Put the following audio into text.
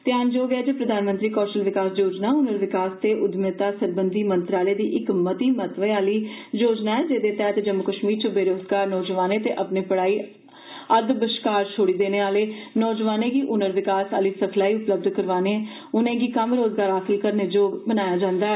ध्यानजोग ऐ जे प्रधानमंत्री कौशल विकास योजना ह्नर विकास ते उद्यमिता सरबंधी मंत्रालय दी इक मती महत्वै आह्नी योजना ऐ जेहदे तैह्त जम्मू कष्मीर च बेरोजगार नौजवानें ते अपनी पढ़ाई अद् बश्कार छोड़ी देने आह्ने नौजवानें गी ह्नर विकास आह्नी सिखलाई उपलब्ध कराआइयै उनें'गी कम्म रोजगार हासल करने जोग बनाया जंदा ऐ